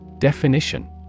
Definition